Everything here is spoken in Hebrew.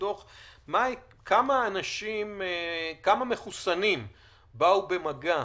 כמה מחוסנים באו במגע